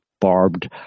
barbed